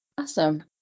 Awesome